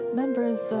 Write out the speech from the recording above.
members